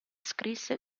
scrisse